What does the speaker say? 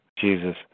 Jesus